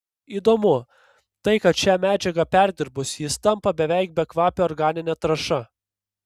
įdomu tai kad šią medžiagą perdirbus jis tampa beveik bekvape organine trąša